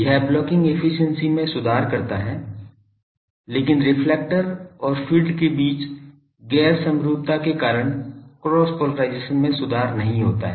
यह blocking efficiency में सुधार करता है लेकिन रिफ्लेक्टर और फील्ड के बीच गैर समरूपता के कारण क्रॉस पोलराइजेशन में सुधार नहीं होता है